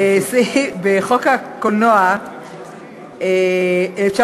בחוק הקולנוע 1999